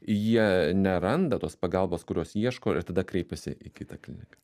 jie neranda tos pagalbos kurios ieško ir tada kreipiasi į kitą kliniką